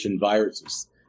viruses